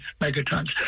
megatons